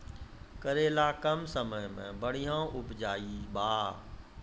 करेला कम समय मे बढ़िया उपजाई बा?